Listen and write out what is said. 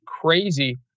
crazy